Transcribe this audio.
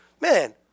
man